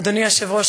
אדוני היושב-ראש,